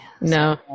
No